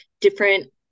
different